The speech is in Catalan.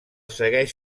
segueix